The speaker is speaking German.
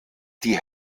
die